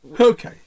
Okay